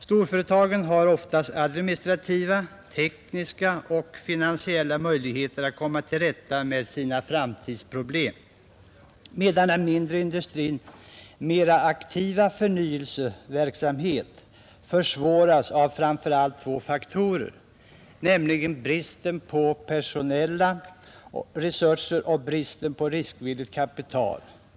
Storföretagen har oftast administrativa, tekniska och finansiella möjligheter att komma till rätta med sina framtidsproblem, medan den mindre industrins mera aktiva förnyelseverksamhet försvåras av framför allt två faktorer: brist på personella resurser och brist på riskvilligt kapital.